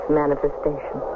manifestation